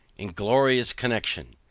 inglorious connexion!